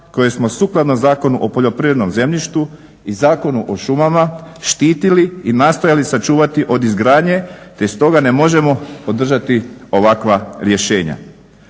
koje smo sukladno Zakonu o poljoprivrednom zemljištu i Zakonu o šumama štitili i nastojali sačuvati od izgradnje te stoga ne možemo podržati ovakva rješenja.